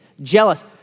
jealous